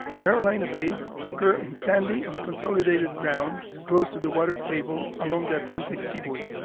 carolina bays occur in sandy, unconsolidated ground close to the water table along the atlantic seaboard,